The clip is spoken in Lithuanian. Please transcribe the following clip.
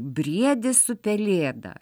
briedis su pelėda